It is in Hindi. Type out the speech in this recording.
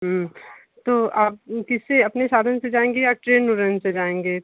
तो आप किससे अपने साधन से जाएँगे या ट्रेन ओरेन से जाएँगे